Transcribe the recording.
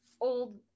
old